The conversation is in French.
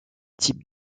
type